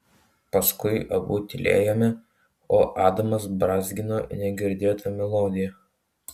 paskui abu tylėjome o adamas brązgino negirdėtą melodiją